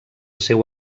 seu